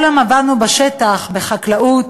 כל היום עבדנו בשטח, בחקלאות.